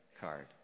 card